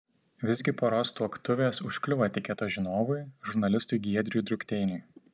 visgi poros tuoktuvės užkliuvo etiketo žinovui žurnalistui giedriui drukteiniui